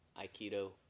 Aikido